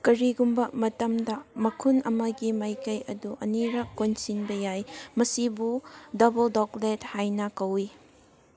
ꯀꯔꯤꯒꯨꯝꯕ ꯃꯇꯝꯗ ꯃꯈꯨꯟ ꯑꯃꯒꯤ ꯃꯥꯏꯀꯩ ꯑꯗꯣ ꯑꯅꯤꯔꯛ ꯀꯣꯟꯁꯤꯟꯕ ꯌꯥꯏ ꯃꯁꯤꯕꯨ ꯗꯕꯜ ꯗꯣꯛꯂꯦꯠ ꯍꯥꯏꯅ ꯀꯧꯏ